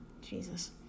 Jesus